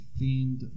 themed